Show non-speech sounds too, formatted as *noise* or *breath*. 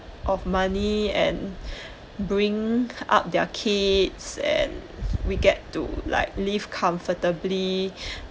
of money and *breath* bringing up their kids and we get to like live comfortably *breath*